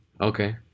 Okay